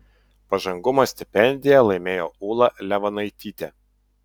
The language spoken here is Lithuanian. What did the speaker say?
pažangumo stipendiją laimėjo ūla levanaitytė